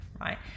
right